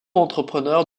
entrepreneur